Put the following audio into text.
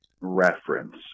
reference